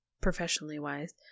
professionally-wise